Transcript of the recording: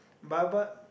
but but